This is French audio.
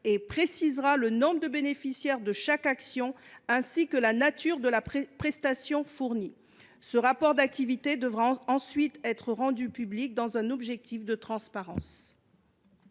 et précisera le nombre de bénéficiaires de chaque action, ainsi que la nature de la prestation fournie. Ce rapport d’activité devra ensuite être rendu public, dans un objectif de transparence.